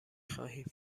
خواهیم